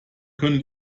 können